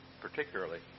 particularly